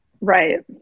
Right